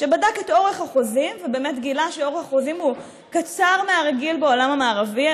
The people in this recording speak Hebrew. שבדק את אורך החוזים ובאמת גילה שאורך החוזים קצר מהרגיל בעולם המערבי,